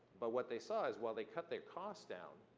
but what they saw is while they cut their costs down,